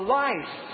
life